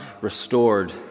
restored